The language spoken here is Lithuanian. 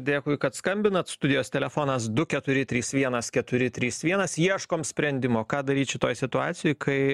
dėkui kad skambinat studijos telefonas du keturi trys vienas keturi trys vienas ieškom sprendimo ką daryt šitoj situacijoj kai